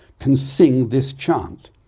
can sing this chant.